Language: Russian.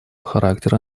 характера